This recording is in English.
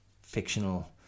fictional